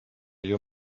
your